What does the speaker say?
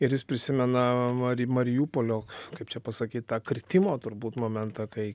ir jis prisimena mari mariupolio kaip čia pasakyt tą kritimo turbūt momentą kai